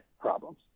problems